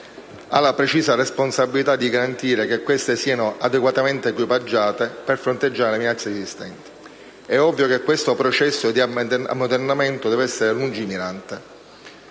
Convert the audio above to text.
ha la precisa responsabilità di garantire che queste siano adeguatamente equipaggiate per fronteggiare la minaccia esistente. È ovvio che questo processo di ammodernamento deve essere lungimirante.